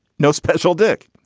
no special dick.